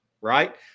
Right